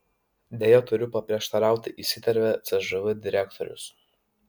deja turiu paprieštarauti įsiterpė cžv direktorius